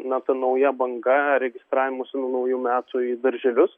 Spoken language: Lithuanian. na ta nauja banga registravimosi nuo naujų metų į darželius